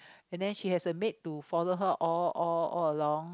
and then she has a maid to follow her all all all along